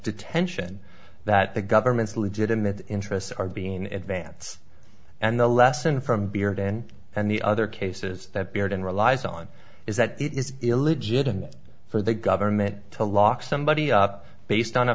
detention that the government's legitimate interests are being in advance and the lesson from beard and and the other cases that beard and relies on is that it is illegitimate for the government to lock somebody up based on a